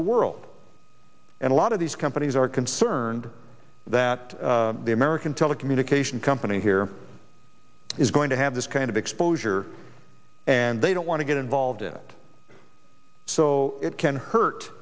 the world and a lot of these companies are concerned that the american telecommunications company here is going to have this kind of exposure and they don't want to get involved in it so it can hurt